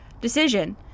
decision